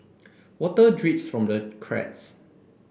water drips from the cracks